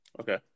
Okay